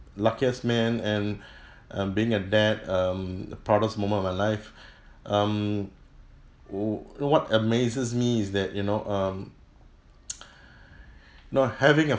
luckiest man and uh being a dad um the proudest moment of my life um wh~ what amazes me is that you know um know having a